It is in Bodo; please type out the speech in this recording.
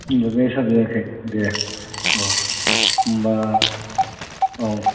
साजायाखै दे होम्बा औ